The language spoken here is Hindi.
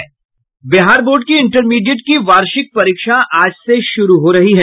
बिहार बोर्ड की इंटरमीडिएट की वार्षिक परीक्षा आज से शुरू हो रही है